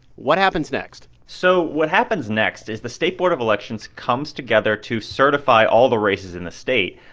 what happens next? so what happens next is the state board of elections comes together to certify all the races in the state.